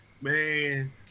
man